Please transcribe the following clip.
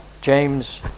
James